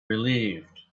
relieved